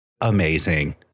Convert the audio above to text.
amazing